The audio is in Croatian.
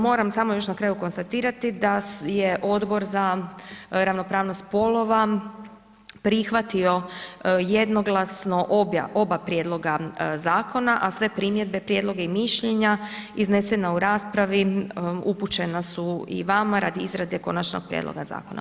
Moram samo još na kraju konstatirati da je Odbor za ravnopravnost spolova prihvatio jednoglasno oba prijedloga zakona, a sve primjedbe, prijedloge i mišljenja iznesena u raspravi upućena su i vama radi izrade Konačnog prijedloga zakona.